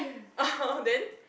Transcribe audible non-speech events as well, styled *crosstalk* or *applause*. *laughs* then